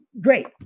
great